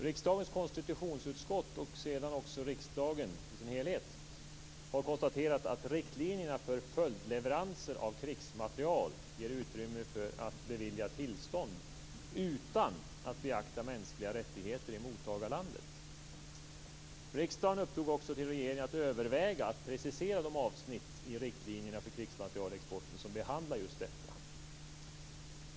Riksdagens konstitutionsutskott och sedan också riksdagen i sin helhet har konstaterat att riktlinjerna för följdleveranser av krigsmateriel ger utrymme för att bevilja tillstånd utan att beakta mänskliga rättigheter i mottagarlandet. Riksdagen uppdrog också åt regeringen att överväga att precisera de avsnitt i riktlinjerna för krigsmaterielexporten som behandlar just detta.